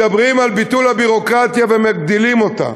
מדברים על ביטול הביורוקרטיה, ומגדילים אותה.